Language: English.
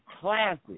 classic